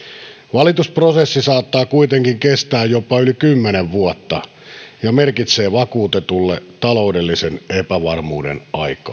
valitusprosessi saattaa kuitenkin kestää jopa yli kymmenen vuotta ja merkitsee vakuutetulle taloudellisen epävarmuuden aikaa